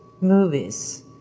movies